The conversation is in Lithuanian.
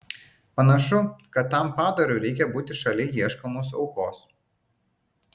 panašu kad tam padarui reikia būti šalia ieškomos aukos